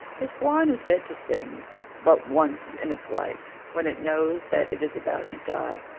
the swan is said to sing but once in its life when it knows that it is about to die.